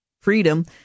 freedom